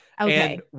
Okay